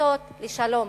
מושטות לשלום.